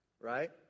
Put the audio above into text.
right